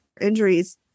injuries